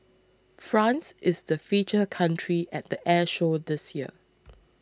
France is the feature country at the air show this year